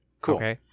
Cool